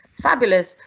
fabulous,